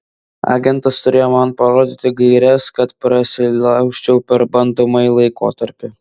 agentas turėjo man parodyti gaires kad prasilaužčiau per bandomąjį laikotarpį